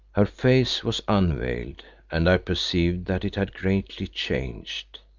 her face was unveiled and i perceived that it had greatly changed.